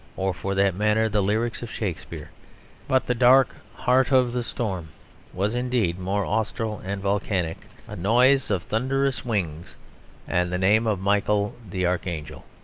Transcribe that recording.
or, for that matter, the lyrics of shakespeare but the dark heart of the storm was indeed more austral and volcanic a noise of thunderous wings and the name of michael the archangel.